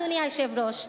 אדוני היושב-ראש,